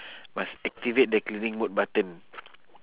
must activate the cleaning mode button